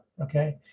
okay